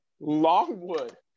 Longwood